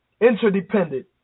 interdependent